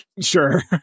Sure